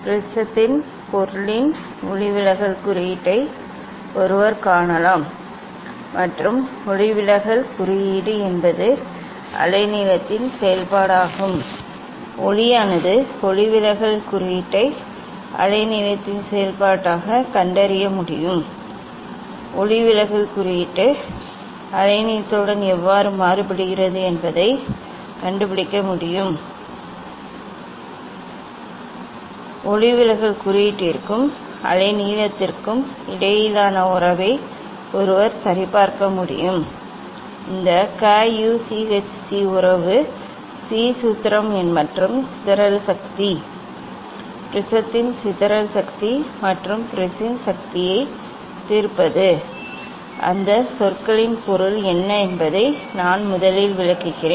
ப்ரிஸத்தின் பொருளின் ஒளிவிலகல் குறியீட்டை ஒருவர் காணலாம் மற்றும் ஒளிவிலகல் குறியீடு என்பது அலைநீளத்தின் செயல்பாடாகும் ஒளியானது ஒளிவிலகல் குறியீட்டை அலைநீளத்தின் செயல்பாடாகக் கண்டறிய முடியும் ஒளிவிலகல் குறியீட்டு அலைநீளத்துடன் எவ்வாறு மாறுபடுகிறது என்பதைக் கண்டுபிடிக்க முடியும் ஒளிவிலகல் குறியீட்டிற்கும் அலைநீளத்திற்கும் இடையிலான உறவை ஒருவர் சரிபார்க்க முடியும் இது க uch சி உறவு க uch சி சூத்திரம் மற்றும் சிதறல் சக்தி ப்ரிஸத்தின் சிதறல் சக்தி மற்றும் ப்ரிஸின் சக்தியைத் தீர்ப்பது அவை என்ன அல்லது அந்த சொற்களின் பொருள் என்ன என்பதை நான் முதலில் விளக்குகிறேன்